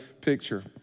picture